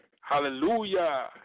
Hallelujah